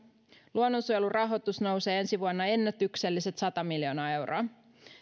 luonnonsuojelun rahoitus nousee ensi vuonna ennätykselliset sata miljoonaa euroa